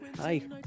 hi